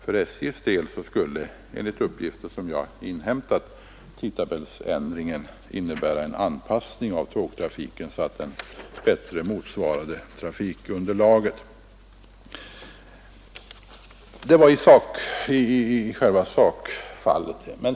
För SJ:s del skulle, enligt uppgifter som jag inhämtat, tidtabellsändringen innebära en anpassning av tågtrafiken, så att den bättre motsvarade trafikunderlaget. Detta är själva sakfrågan.